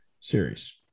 Series